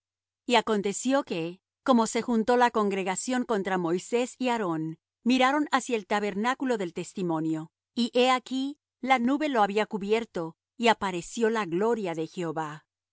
y aconteció que como se juntó la congregación contra moisés y aarón miraron hacia el tabernáculo del testimonio y he aquí la nube lo había cubierto y apareció la gloria de jehová